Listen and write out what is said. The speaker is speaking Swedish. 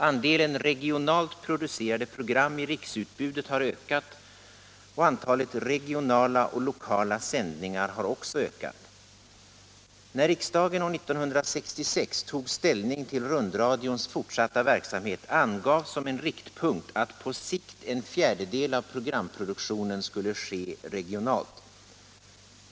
Andelen regionalt producerade program i riksutbudet har ökat, och antalet regionala och lokala sändningar har också ökat. När riksdagen år 1966 tog ställning till rundradions fortsatta verksamhet angavs som en riktpunkt att på sikt en fjärdedel av programpro duktionen skulle ske regionalt.